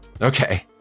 Okay